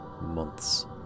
months